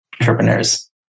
entrepreneurs